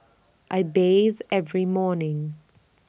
I bathe every morning